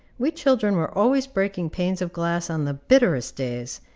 we children were always breaking panes of glass on the bitterest days,